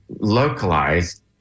localized